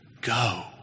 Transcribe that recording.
go